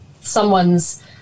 someone's